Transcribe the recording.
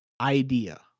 idea